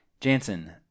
Jansen